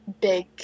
big